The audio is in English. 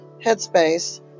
headspace